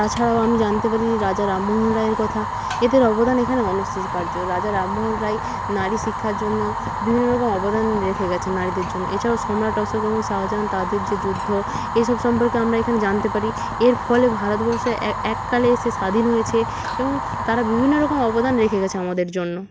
তাছাড়াও আমি জানতে পারি রাজা রামমোহন রায়ের কথা এদের অবদান এখানে অনস্বীকার্য রাজা রামমোহন রায় নারী শিক্ষার জন্য বিভিন্ন রকম অবদান রেখে গেছেন নারীদের জন্য এছাড়াও সম্রাট অশোক এবং শাহজাহান তাদের যে যুদ্ধ এইসব সম্পর্কে আমরা এখানে জানতে পারি এর ফলে ভারতবর্ষে এককালে এসে স্বাধীন হয়েছে এবং তাঁরা বিভিন্ন রকম অবদান রেখে গেছে আমাদের জন্য